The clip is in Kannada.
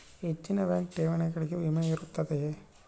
ಹೆಚ್ಚಿನ ಬ್ಯಾಂಕ್ ಠೇವಣಿಗಳಿಗೆ ವಿಮೆ ಇರುತ್ತದೆಯೆ?